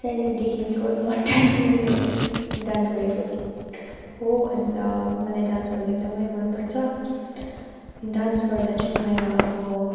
सानैदेखिन्को म डान्स गर्ने भएर डान्स गरेको हो अन्त मलाई डान्स गर्न एकदमै मन पर्छ डान्स गर्दा चाहिँ मेरो अब